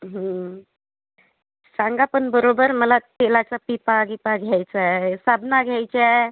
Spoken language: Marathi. सांगा पण बरोबर मला तेलाचा पिपा गिपा घ्यायचा आहे साबण घ्यायचा आहे